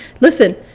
Listen